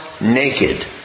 naked